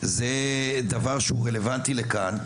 זה דבר שהוא רלוונטי לכאן,